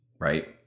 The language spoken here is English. right